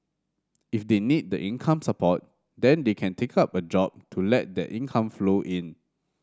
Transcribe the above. if they need the income support then they can take up a job to let that income flow in